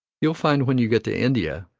you'll find, when you get to india,